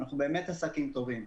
אנחנו באמת עסקים טובים,